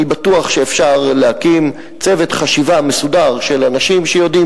אני בטוח שאפשר להקים צוות חשיבה מסודר של אנשים שיודעים